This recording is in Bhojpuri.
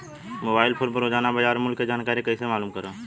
मोबाइल फोन पर रोजाना बाजार मूल्य के जानकारी कइसे मालूम करब?